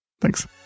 Thanks